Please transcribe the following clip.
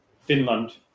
Finland